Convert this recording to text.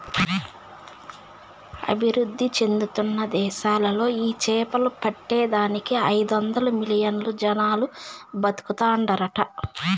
అభివృద్ధి చెందుతున్న దేశాలలో ఈ సేపలు పట్టే దానికి ఐదొందలు మిలియన్లు జనాలు బతుకుతాండారట